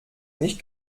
nicht